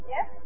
Yes